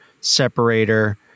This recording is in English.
separator